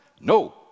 No